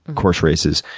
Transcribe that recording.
course races